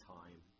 time